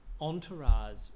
Entourage